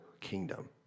kingdom